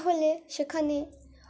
তাহলে সেখানে